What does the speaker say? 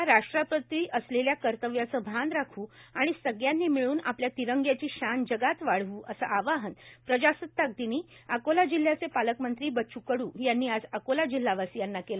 आपल्या राष्ट्राप्रति असलेल्या कर्तव्याचे भान राख् आणि सगळ्यांनी मिळ्न आपल्या तिरंग्याची असे आवाहन प्रजासत्ताक दिनी अकोला जिल्ह्याचे पालकमंत्री बच्चू कडू यांनी आज अकोला जिल्हावासीयांना केले